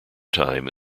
time